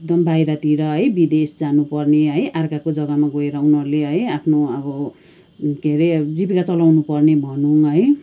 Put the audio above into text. एकदम बाहिरतिर है विदेश जानुपर्ने है अर्काको जग्गामा गएर उनीहरूले है आफ्नो अब के अरे जीविका चलाउनुपर्ने भनौँ है